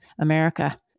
America